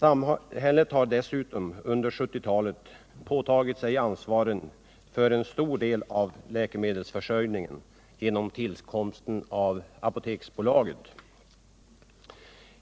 Under 1970-talet har samhället dessutom påtagit sig ansvaret för en stor del av läkemedelsförsörjningen genom tillkomsten av Apoteksbolaget.